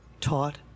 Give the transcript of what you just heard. taught